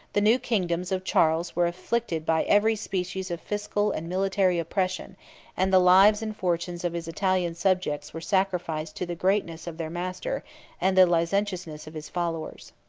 the new kingdoms of charles were afflicted by every species of fiscal and military oppression and the lives and fortunes of his italian subjects were sacrificed to the greatness of their master and the licentiousness of his followers.